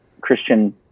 Christian